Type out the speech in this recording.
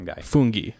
Fungi